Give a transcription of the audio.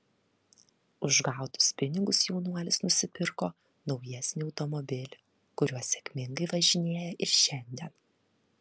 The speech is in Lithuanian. už gautus pinigus jaunuolis nusipirko naujesnį automobilį kuriuo sėkmingai važinėja ir šiandien